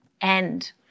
end